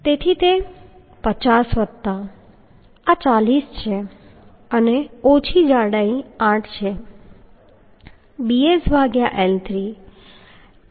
તેથી તે 50 વત્તા આ 40 છે અને ઓછા 8 જાડાઈ છે bs ભાગ્યા L3